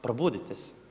Probudite se.